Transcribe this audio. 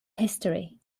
history